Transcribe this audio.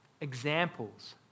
examples